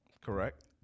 correct